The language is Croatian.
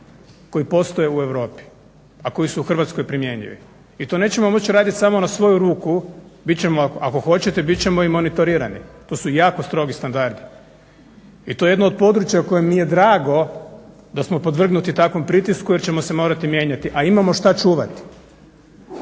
koji postoje u Europi, a koji su u Hrvatskoj primjenjivi. I to nećemo moći raditi samo na svoju ruku, bit ćemo, ako hoćete, bit ćemo i monitorirani. To su jako strogi standardi. I to je jedno od područja u kojem mi je drago da smo podvrgnuti takvom pritisku jer ćemo se morati mijenjati, a imamo što čuvati.